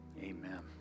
Amen